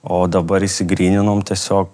o dabar išsigryninom tiesiog